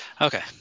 Okay